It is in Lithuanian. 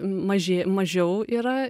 mažė mažiau yra